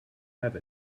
have